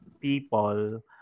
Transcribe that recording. people